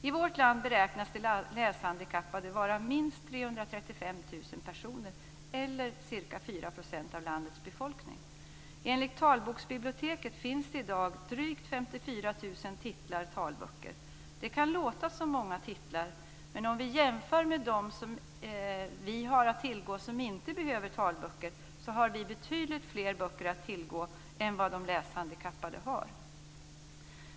I vårt land beräknas de läshandikappade vara minst 335 000 personer, eller ca 4 % av landets befolkning. Enligt Talboksbiblioteket finns det i dag drygt 54 000 titlar talböcker. Det kan låta som många titlar, men jämfört med vad vi som inte behöver talböcker har att tillgå har vi betydligt fler böcker att tillgå än vad de läshandikappade har.